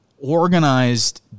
organized